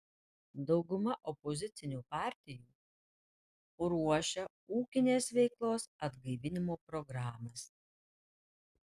dauguma opozicinių partijų ruošia ūkinės veiklos atgaivinimo programas